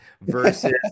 versus